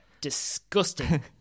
disgusting